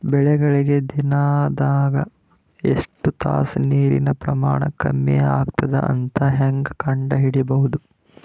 ಬೆಳಿಗಳಿಗೆ ದಿನದಾಗ ಎಷ್ಟು ತಾಸ ನೀರಿನ ಪ್ರಮಾಣ ಕಮ್ಮಿ ಆಗತದ ಅಂತ ಹೇಂಗ ಕಂಡ ಹಿಡಿಯಬೇಕು?